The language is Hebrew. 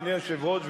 אדוני היושב-ראש,